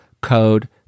code